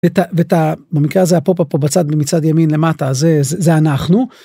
את ה- ואת ה- במקרה הזה הפופאפ פה בצד מצד ימין למטה זה זה אנחנו.